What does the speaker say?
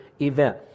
event